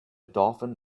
dolphin